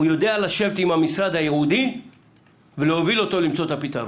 הוא יודע לשבת עם המשרד הייעודי ולהוביל אותו למצוא את הפתרון.